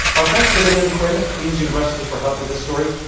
our thanks to william quinn at queen's university for help with this story.